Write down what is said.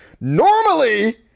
normally